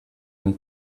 une